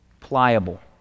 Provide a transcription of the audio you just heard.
pliable